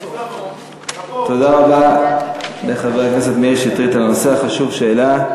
תודה רבה לחבר הכנסת מאיר שטרית על הנושא החשוב שהעלה.